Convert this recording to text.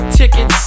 tickets